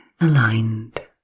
aligned